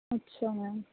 ਅੱਛਾ ਮੈਮ